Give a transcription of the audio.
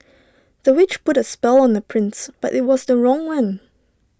the witch put A spell on the prince but IT was the wrong one